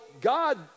God